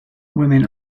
women